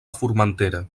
formentera